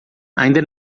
ainda